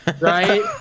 right